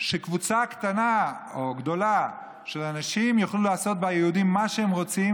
שקבוצה קטנה או גדולה של אנשים יכלה לעשות ביהודים מה שרצתה,